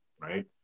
right